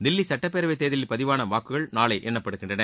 தில்லி சட்டப்பேரவைத் தேர்தலில் பதிவான வாக்குகள் நாளை எண்ணப்படுகின்றன